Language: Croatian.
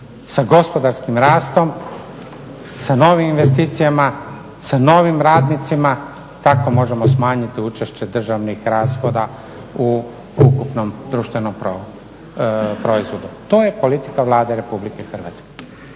sa gospodarskim rastom, sa novim investicijama, sa novim radnicima tako možemo smanjiti učešće državnih rashoda u ukupnom društvenom proizvodu. To je politika Vlade RH.